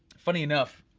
funny enough,